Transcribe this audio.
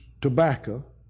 tobacco